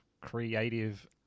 creative